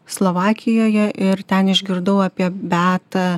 slovakijoje ir ten išgirdau apie beatą